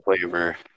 flavor